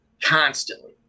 constantly